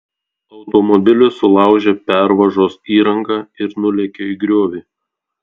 automobilis sulaužė pervažos įrangą ir nulėkė į griovį